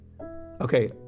Okay